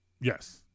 Yes